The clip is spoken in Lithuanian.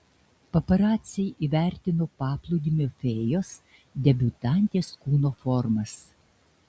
paparaciai įvertino paplūdimio fėjos debiutantės kūno formas